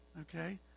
Okay